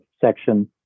section